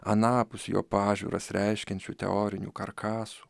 anapus jo pažiūras reiškiančių teorinių karkasų